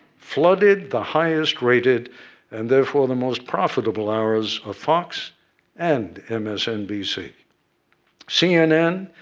flooded the highest-rated and, therefore, the most profitable hours of fox and msnbc. cnn,